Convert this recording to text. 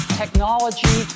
technology